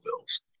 Bills